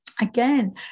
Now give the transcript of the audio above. again